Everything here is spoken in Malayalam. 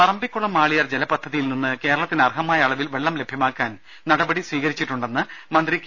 പറമ്പിക്കുളം ആളിയാർ ജലപദ്ധതിയിൽ നിന്ന്റകേരളത്തിന് അർഹമായ അളവിൽ വെള്ളം ലഭ്യമാക്കാൻ നടപടി സ്വീകരിച്ചിട്ടുണ്ടെന്ന് മന്ത്രി കെ